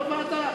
הוא בוועדה.